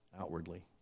outwardly